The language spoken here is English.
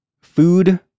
food